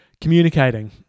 communicating